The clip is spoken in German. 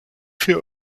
für